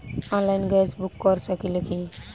Online gas book कर सकिले की?